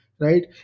right